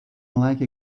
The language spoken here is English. like